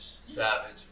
Savage